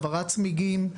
הבערת צמיגים,